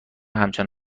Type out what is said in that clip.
همچنان